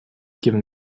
giving